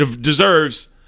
deserves